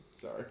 Sorry